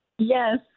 Yes